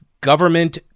government